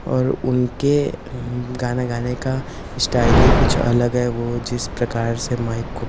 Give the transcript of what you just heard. और उनके गाना गाने का स्टाइल ही कुछ अलग है वो जिस प्रकार से माइक को